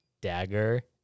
dagger